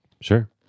Sure